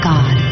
God